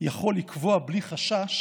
יכול לקבוע בלי חשש: